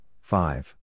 five